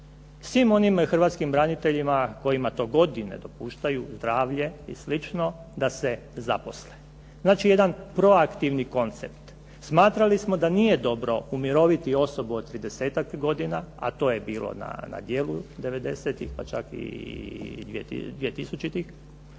svim onim hrvatskim braniteljima kojima to godine dopuštaju, zdravlje i slično da se zaposle. Znači jedan proaktivni koncept. Smatrali smo da nije dobro umiroviti osobu od tridesetak godina, a to je bilo na djelu devedesetih,